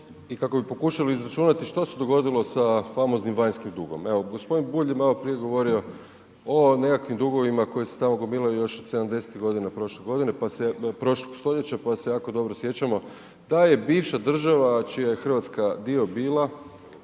i kako bi pokušali izračunati što se dogodilo sa famoznim vanjskim dugom, evo g. Bulj je maloprije govorio o nekakvim dugovima koji se tamo gomilaju još od '70.-tih godina prošle godine, pa se, prošlog stoljeća, pa se jako dobro sjećamo da je bivša država čija je RH dio bila,